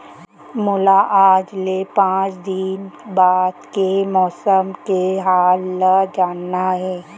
मोला आज ले पाँच दिन बाद के मौसम के हाल ल जानना हे?